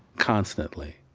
constantly,